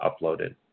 uploaded